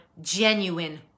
genuine